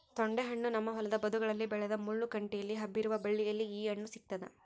ತೊಂಡೆಹಣ್ಣು ನಮ್ಮ ಹೊಲದ ಬದುಗಳಲ್ಲಿ ಬೆಳೆದ ಮುಳ್ಳು ಕಂಟಿಯಲ್ಲಿ ಹಬ್ಬಿರುವ ಬಳ್ಳಿಯಲ್ಲಿ ಈ ಹಣ್ಣು ಸಿಗ್ತಾದ